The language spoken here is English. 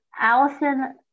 Allison